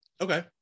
okay